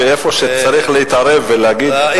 שאיפה שצריך להתערב ולהגיד,